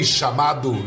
chamado